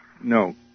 No